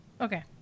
Okay